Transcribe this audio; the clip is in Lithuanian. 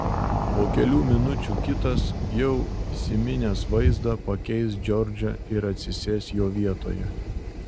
po kelių minučių kitas jau įsiminęs vaizdą pakeis džordžą ir atsisės jo vietoje